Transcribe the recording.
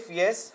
yes